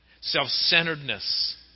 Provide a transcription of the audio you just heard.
self-centeredness